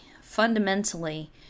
fundamentally